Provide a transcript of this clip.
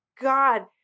God